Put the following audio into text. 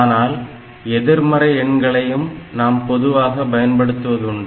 ஆனால் எதிர்மறை எண்களையும் நாம் பொதுவாக பயன்படுத்துவதுண்டு